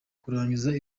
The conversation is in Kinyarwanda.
kurangiza